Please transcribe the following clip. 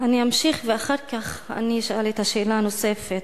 אני אמשיך, ואחר כך אני אשאל את השאלה הנוספת.